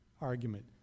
argument